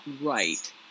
right